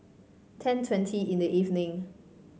ten twenty in the evening